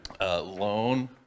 loan